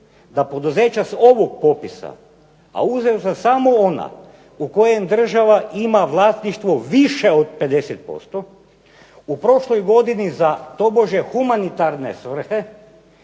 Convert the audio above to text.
da poduzeća s ovog popisa, a uzeo sam samo ona u kojem država ima vlasništvo više od 50% u prošloj godini za tobože humanitarne svrhe